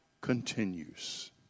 continues